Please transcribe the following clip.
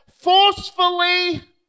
forcefully